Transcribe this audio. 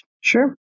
Sure